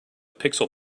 pixel